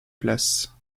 place